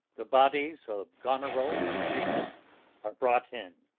the bodies of goneril and regan are brought in.